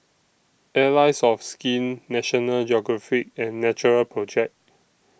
Allies of Skin National Geographic and Natural Project